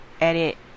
edit